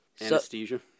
Anesthesia